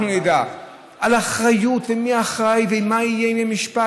על אחריות, מי אחראי, ומה יהיה אם יהיה משפט?